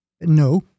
No